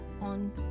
on